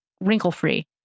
wrinkle-free